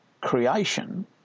creation